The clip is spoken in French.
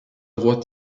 droit